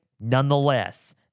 nonetheless